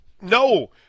no